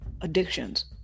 addictions